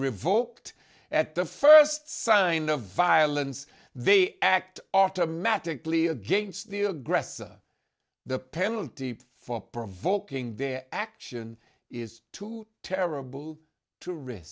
revoked at the first sign of violence they act automatically against the aggressor the penalty for provoking their action is too terrible to risk